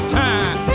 time